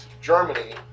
Germany